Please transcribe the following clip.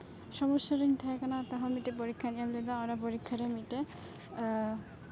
ᱥᱚᱢᱚᱥᱥᱟ ᱨᱤᱧ ᱛᱟᱦᱮᱸᱠᱟᱱᱟ ᱛᱟᱣ ᱨᱮᱦᱚᱸ ᱢᱤᱫᱴᱮᱱ ᱯᱚᱨᱤᱠᱠᱷᱟᱧ ᱮᱢ ᱞᱮᱫᱟ ᱚᱱᱟ ᱯᱚᱨᱤᱠᱠᱷᱟ ᱨᱮ ᱢᱤᱫᱴᱮᱱ